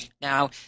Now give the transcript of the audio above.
Now